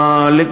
נא,